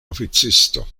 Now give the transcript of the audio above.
oficisto